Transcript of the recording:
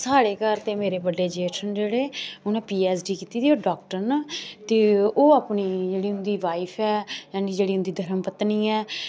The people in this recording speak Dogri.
साढ़े घर ते मरे बड्डे जेठ न जेह्ड़े उ'नें पी ऐच्च डी कीती दी ऐ ओह् डाक्टर न ते ओह् अपनी जेह्ड़ी उं'दी वाइफ ऐ यानी जेह्ड़ी उं'दी धर्मपत्नी ऐ